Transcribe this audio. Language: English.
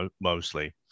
Mostly